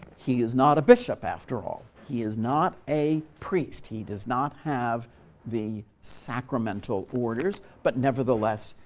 he is not a bishop, after all. he is not a priest. he does not have the sacramental orders, but nevertheless,